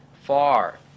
far